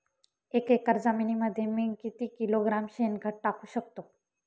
एक एकर जमिनीमध्ये मी किती किलोग्रॅम शेणखत टाकू शकतो?